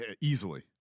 Easily